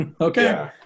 Okay